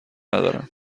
ندارم